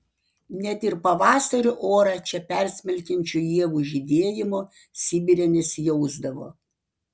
net ir pavasario orą čia persmelkiančio ievų žydėjimo sibire nesijausdavo